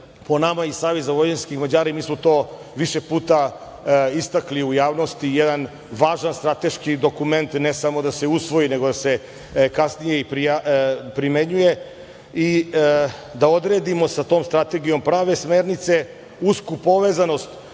po nama iz Saveza vojvođanskih Mađara, mi smo to više puta istakli u javnosti, jedan važan strateški dokument, ne samo da se usvoji, nego da se kasnije i primenjuje i da odredimo sa tom strategijom prave smernice, usku povezanost